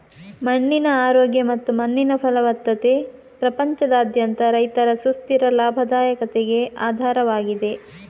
ಮಣ್ಣಿನ ಆರೋಗ್ಯ ಮತ್ತು ಮಣ್ಣಿನ ಫಲವತ್ತತೆ ಪ್ರಪಂಚದಾದ್ಯಂತ ರೈತರ ಸುಸ್ಥಿರ ಲಾಭದಾಯಕತೆಗೆ ಆಧಾರವಾಗಿದೆ